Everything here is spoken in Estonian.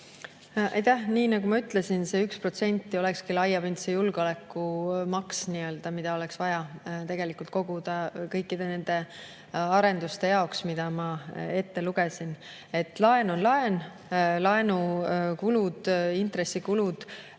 Aitäh! Nii nagu ma ütlesin, see 1% olekski laiapindse julgeoleku maks, mida oleks vaja koguda kõikide nende arenduste jaoks, mis ma ette lugesin. Laen on laen. Laenude intressikulud